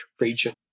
region